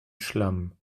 schlamm